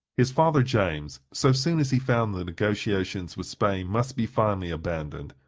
his father james, so soon as he found the negotiations with spain must be finally abandoned,